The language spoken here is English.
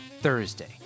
Thursday